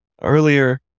earlier